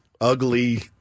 ugly